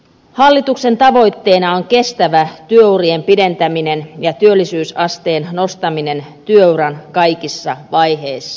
hallituksen tavoitteena on kestävä työurien pidentäminen ja työllisyysasteen nostaminen työuran kaikissa vaiheissa